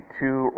two